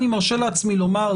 אני מרשה לעצמי לומר,